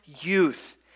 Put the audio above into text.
youth